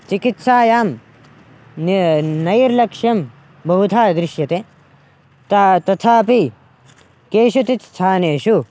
चिकित्सायां नि नैर्लक्ष्यं बहुधा दृश्यते त तथापि केषुचित् स्थानेषु